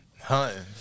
Hunting